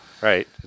Right